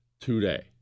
today